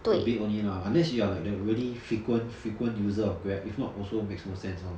a bit only lah unless you are like the really frequent frequent user of Grab if not also makes no sense lor